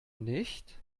nicht